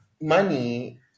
money